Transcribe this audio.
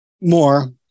More